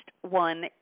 one